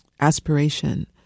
aspiration